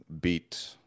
Beat